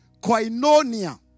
koinonia